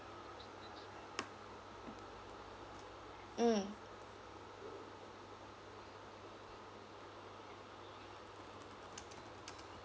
mm